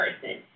person